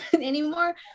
anymore